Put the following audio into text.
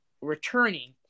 returning